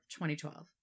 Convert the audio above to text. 2012